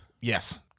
Yes